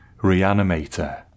Reanimator